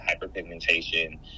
hyperpigmentation